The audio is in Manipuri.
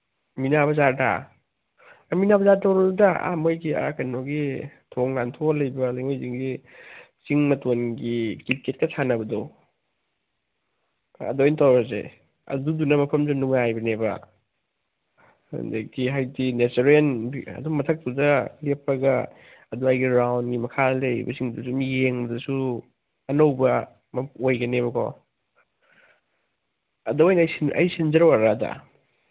ꯃꯤꯅꯥ ꯕꯖꯥꯔꯗ ꯃꯤꯅꯥ ꯕꯖꯥꯔ ꯇꯧꯔꯨꯅꯨꯗ ꯑꯥ ꯃꯣꯏꯒꯤ ꯑꯥ ꯀꯩꯅꯣꯒꯤ ꯊꯣꯡ ꯂꯥꯟꯊꯣꯛꯑꯒ ꯂꯩꯕ ꯂꯩꯉꯣꯏꯖꯤꯡꯒꯤ ꯆꯤꯡ ꯃꯇꯣꯟꯒꯤ ꯀ꯭ꯔꯤꯀꯦꯠꯀ ꯁꯥꯟꯅꯕꯗꯣ ꯑꯗ ꯑꯣꯏ ꯇꯧꯔꯁꯦ ꯑꯗꯨꯗꯨꯅ ꯃꯐꯝꯁꯨ ꯅꯨꯡꯉꯥꯏꯕꯅꯦꯕ ꯑꯗꯒꯤ ꯍꯥꯏꯗꯤ ꯅꯦꯆꯔꯦꯜ ꯑꯗꯨꯝ ꯃꯊꯛꯇꯨꯗ ꯂꯦꯞꯄꯒ ꯑꯗ꯭ꯋꯥꯏꯒꯤ ꯔꯥꯎꯟꯒꯤ ꯃꯈꯥꯗ ꯂꯩꯔꯤꯕꯁꯤꯡꯗꯨꯁꯨ ꯌꯦꯡꯕꯗꯁꯨ ꯑꯅꯧꯕ ꯑꯃ ꯑꯣꯏꯒꯅꯦꯕꯀꯣ ꯑꯗ ꯑꯣꯏꯅ ꯑꯩ ꯁꯤꯟꯖꯔꯛꯑꯣꯔꯥ ꯑꯗ